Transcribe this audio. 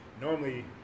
normally